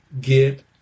get